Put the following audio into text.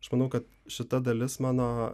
aš manau kad šita dalis mano